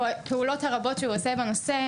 הפעולות הרבות שהוא עושה בנושא,